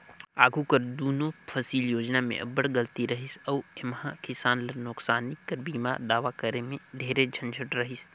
आघु कर दुनो फसिल योजना में अब्बड़ गलती रहिस अउ एम्हां किसान ल नोसकानी कर बीमा दावा करे में ढेरे झंझट रहिस